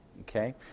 Okay